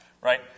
right